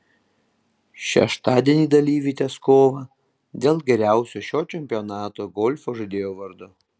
šeštadienį dalyviai tęs kovą dėl geriausio šio čempionato golfo žaidėjo vardo